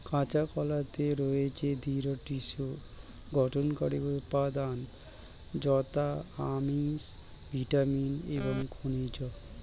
কাঁচা কলাতে রয়েছে দৃঢ় টিস্যুর গঠনকারী উপাদান যথা আমিষ, ভিটামিন এবং খনিজ